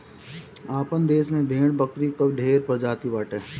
आपन देस में भेड़ बकरी कअ ढेर प्रजाति बाटे